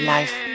Life